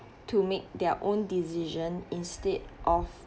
to make their own decision instead of